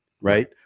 right